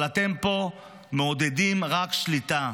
אבל אתם פה מעודדים רק שליטה,